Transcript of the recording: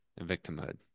victimhood